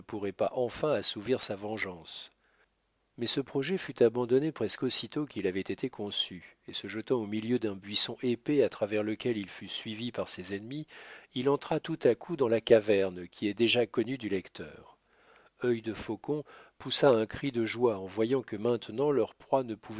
pas enfin assouvir sa vengeance mais ce projet fut abandonné presque aussitôt qu'il avait été conçu et se jetant au milieu d'un buisson épais à travers lequel il fut suivi par ses ennemis il entra tout à coup dans la caverne qui est déjà connue du lecteur œil defaucon poussa un cri de joie en voyant que maintenant leur proie ne